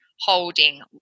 holding